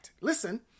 listen